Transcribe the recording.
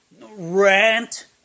rant